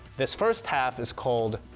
this first half is called